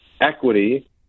equity